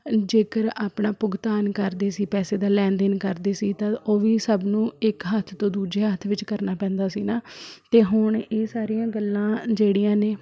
ਜੇਕਰ ਆਪਣਾ ਭੁਗਤਾਨ ਕਰਦੇ ਸੀ ਪੈਸੇ ਦਾ ਲੈਣ ਦੇਣ ਕਰਦੇ ਸੀ ਤਾਂ ਉਹ ਵੀ ਸਭ ਨੂੰ ਇੱਕ ਹੱਥ ਤੋਂ ਦੂਜੇ ਹੱਥ ਵਿੱਚ ਕਰਨਾ ਪੈਂਦਾ ਸੀ ਨਾ ਅਤੇ ਹੁਣ ਇਹ ਸਾਰੀਆਂ ਗੱਲਾਂ ਜਿਹੜੀਆਂ ਨੇ